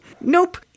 Nope